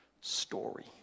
story